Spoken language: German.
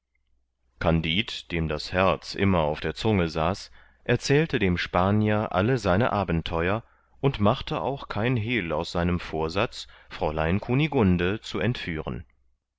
kandid dem das herz immer auf der zunge saß erzählte dem spanier alle seine abenteuer und machte auch kein hehl aus seinem vorsatz fräulein kunigunde zu entführen